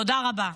תודה רבה.